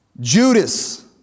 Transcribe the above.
Judas